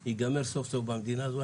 יום מפוקחים יגמר סוף סוף במדינה הזאת.